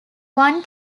one